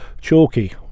Chalky